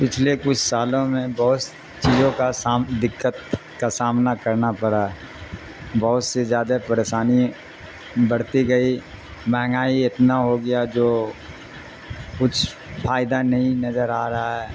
پچھلے کچھ سالوں میں بہت س چیزوں کا سام دقت کا سامنا کرنا پڑا بہت سے زیادہ پریشانی بڑھتی گئی مہنگائی اتنا ہو گیا جو کچھ فائدہ نہیں نظر آ رہا ہے